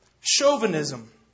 chauvinism